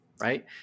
right